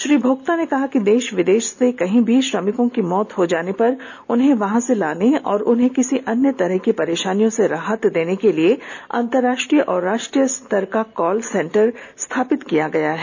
श्री भोक्ता ने कहा है कि देश विदेश में कहीं भी श्रमिकों की मौत हो जाने पर उन्हें वहां से लाने और उन्हें किसी अन्य तरह की परेशानियों से राहत देने के लिए अंतराष्ट्रीय और राष्ट्रीय स्तर का कॉल सेंटर स्थापित किया गया है